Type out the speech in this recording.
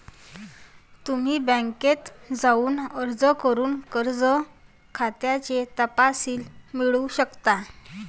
तुम्ही बँकेत जाऊन अर्ज करून कर्ज खात्याचे तपशील मिळवू शकता